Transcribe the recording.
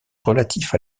relatif